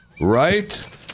Right